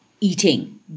eating